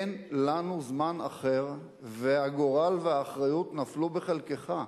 אין לנו זמן אחר והגורל והאחריות נפלו בחלקך.